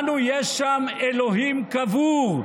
לנו יש שם אלוהים קבור.